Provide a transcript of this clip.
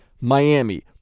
Miami